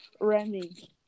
Remy